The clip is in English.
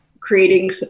creating